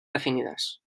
definides